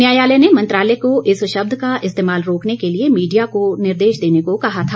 न्यायालय ने मंत्रालय को इस शब्द का इस्तेमाल रोकने के लिए मीडिया को निर्देश देने को कहा था